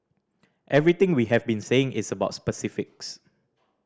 everything we have been saying its about specifics